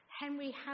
Henry